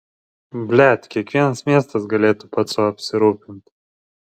blet kiekvienas miestas galėtų pats sau apsirūpint